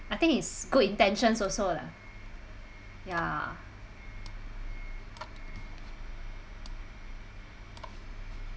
I think is good intentions also lah ya